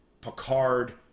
Picard